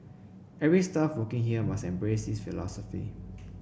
every staff working here must embrace this philosophy